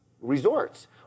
resorts